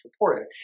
reported